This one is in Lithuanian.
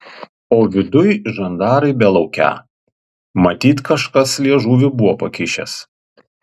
o viduj žandarai belaukią matyt kažkas liežuvį buvo pakišęs